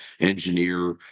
engineer